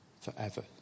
forever